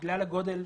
בגלל הגודל,